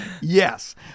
Yes